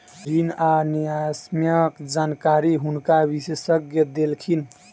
ऋण आ न्यायसम्यक जानकारी हुनका विशेषज्ञ देलखिन